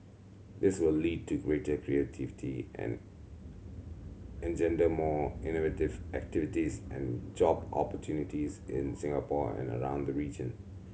this will lead to greater creativity and engender more innovative activities and job opportunities in Singapore and around the region